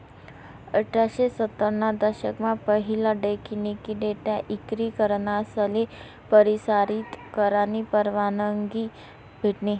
अठराशे सत्तर ना दशक मा पहिला टेकनिकी डेटा इक्री करनासले परसारीत करानी परवानगी भेटनी